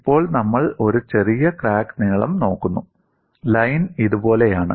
ഇപ്പോൾ നമ്മൾ ഒരു ചെറിയ ക്രാക്ക് നീളം നോക്കുന്നു ലൈൻ ഇതുപോലെയാണ്